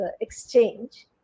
exchange